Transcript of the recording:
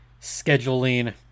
scheduling